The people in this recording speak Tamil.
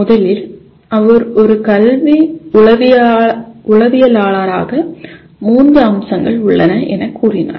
முதலில் அவர் ஒரு கல்வி உளவியலாளராக மூன்று அம்சங்கள் உள்ளன எனக் கூறினார்